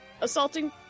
assaulting